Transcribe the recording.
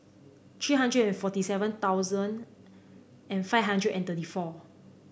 three hundred and forty seven thousand and five hundred and thirty four